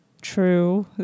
True